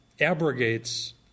abrogates